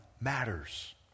matters